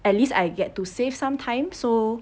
at least I get to save some time so